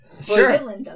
Sure